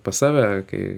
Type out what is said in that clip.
pas save kai